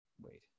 wait